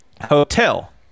hotel